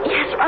Yes